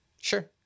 Sure